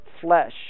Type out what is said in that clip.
flesh